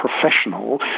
professional